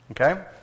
Okay